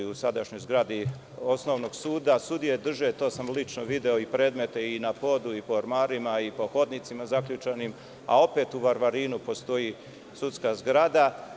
U sadašnjoj zgradi osnovnog suda sudije drže, to sam lično video, predmete i na podu i po ormarima i po hodnicima, a opet u Varvarinu postoji sudska zgrada.